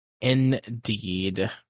Indeed